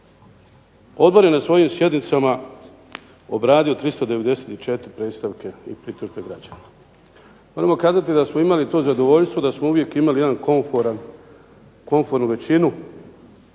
Odbor je na svojim sjednicama obradio 394 predstavke i pritužbe građana. Moramo kazati da smo imali to zadovoljstvo da smo uvijek imali jedan komforan, komfornu većinu,